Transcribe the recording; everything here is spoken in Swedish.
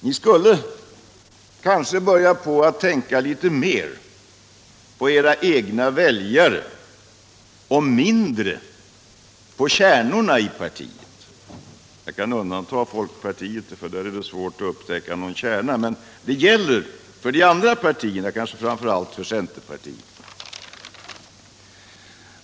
Ni skulle kanske börja tänka litet mera på era egna väljare och mindre på kärnorna i partiet. Jag kan undanta folkpartiet. för där är det svårt att upptäcka någon kärna. men det gäller för de andra partierna och kanske framför allt för centerpartiet.